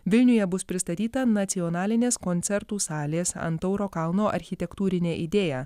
vilniuje bus pristatyta nacionalinės koncertų salės ant tauro kalno architektūrinę idėją